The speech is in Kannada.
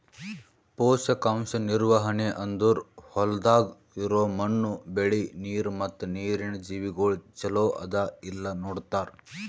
ಪೋಷಕಾಂಶ ನಿರ್ವಹಣೆ ಅಂದುರ್ ಹೊಲ್ದಾಗ್ ಇರೋ ಮಣ್ಣು, ಬೆಳಿ, ನೀರ ಮತ್ತ ನೀರಿನ ಜೀವಿಗೊಳ್ ಚಲೋ ಅದಾ ಇಲ್ಲಾ ನೋಡತಾರ್